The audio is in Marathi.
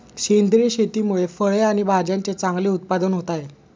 सेंद्रिय शेतीमुळे फळे आणि भाज्यांचे चांगले उत्पादन होत आहे